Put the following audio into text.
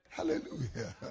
Hallelujah